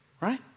Right